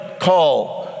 call